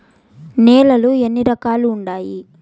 నేలలు ఎన్ని రకాలు వుండాయి?